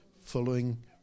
Following